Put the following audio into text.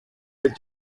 with